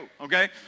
Okay